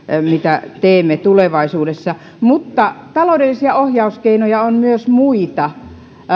mitä teemme tulevaisuudessa mutta taloudellisia ohjauskeinoja on myös muita